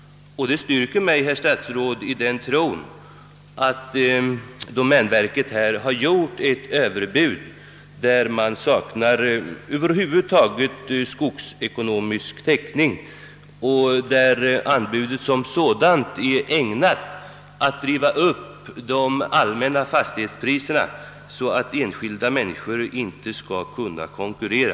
Detta styrker mig, herr statsråd, i min tro att domänverket har givit ett överbud för vilket man saknar skogsekonomisk täckning. Anbudet som sådant är därför ägnat att driva upp de allmänna fastighetspriserna så att enskilda människor inte skall kunna konkurrera.